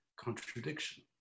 contradiction